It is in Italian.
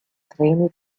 treni